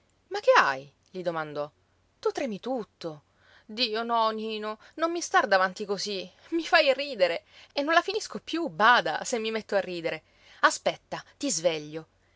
ma che hai gli domandò tu tremi tutto dio no nino non mi star davanti così i fai ridere e non la finisco più bada se mi metto a ridere aspetta ti sveglio